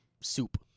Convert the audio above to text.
soup